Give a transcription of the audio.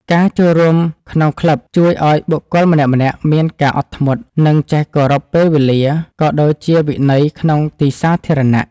ការចូលរួមក្នុងក្លឹប ជួយឱ្យបុគ្គលម្នាក់ៗមានការអត់ធ្មត់ និងចេះគោរពពេលវេលា ក៏ដូចជាវិន័យក្នុងទីសាធារណៈ។